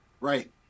Right